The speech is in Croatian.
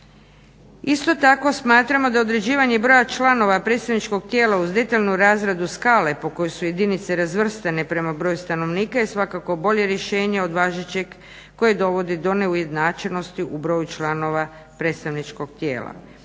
Isto tako smatramo da određivanje broja članova predstavničkog tijela uz detaljnu razradu skale po kojoj su jedinice razvrstane prema broju stanovnika i svakako bolje rješenje od važećeg koje dovodi do neujednačenosti u broju članova predstavničkog tijela.